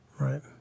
Right